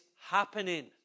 happening